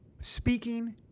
Speaking